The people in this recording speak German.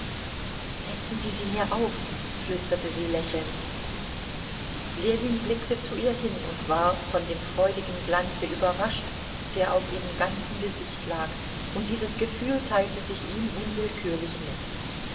setzen sie sie mir auf flüsterte sie lächelnd ljewin blickte zu ihr hin und war von dem freudigen glanze überrascht der auf ihrem ganzen gesicht lag und dieses gefühl teilte sich ihm unwillkürlich mit